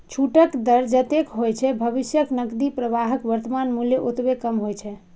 छूटक दर जतेक होइ छै, भविष्यक नकदी प्रवाहक वर्तमान मूल्य ओतबे कम होइ छै